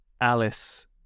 Alice